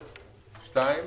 (2)